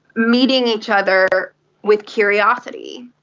meeting each other with curiosity.